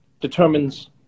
determines